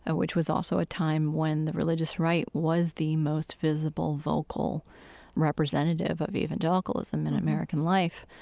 ah which was also a time when the religious right was the most visible vocal representative of evangelicalism in american life.